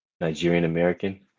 Nigerian-American